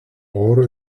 oro